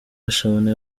gashabana